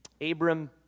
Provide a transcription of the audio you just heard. Abram